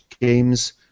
games